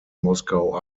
moskau